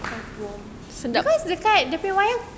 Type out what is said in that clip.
because dekat dia punya wayang